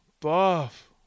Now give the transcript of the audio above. Buff